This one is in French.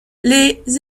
les